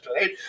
right